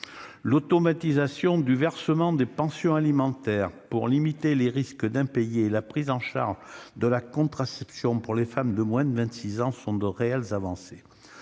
L'automatisation du versement des pensions alimentaires, destinée à limiter les risques d'impayé, et la prise en charge de la contraception pour les femmes de moins de 26 ans représentent